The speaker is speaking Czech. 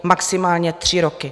Maximálně tři roky.